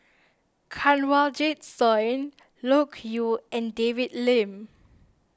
Kanwaljit Soin Loke Yew and David Lim